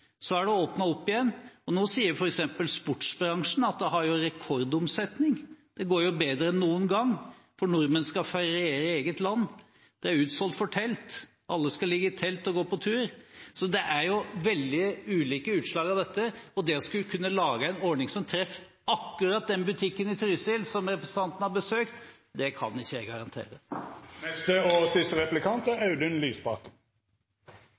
Så er det åpnet opp igjen. Og nå sier jo f.eks. sportsbransjen at de har rekordomsetning, at det går bedre enn noen gang, for nordmenn skal feriere i eget land. Det er utsolgt for telt. Alle skal ligge i telt og gå på tur. Så dette gir jo veldig ulike utslag, og det å skulle kunne lage en ordning som treffer akkurat den butikken i Trysil som representanten har besøkt, kan ikke jeg garantere. Når mennesker med lite penger kommer i krise – blir syke, mister jobben og er